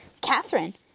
Catherine